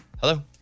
Hello